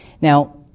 Now